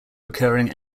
recurring